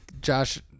Josh